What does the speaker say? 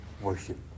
Worship